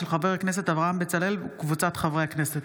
של חבר הכנסת אברהם בצלאל וקבוצת חברי הכנסת.